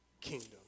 kingdom